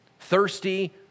thirsty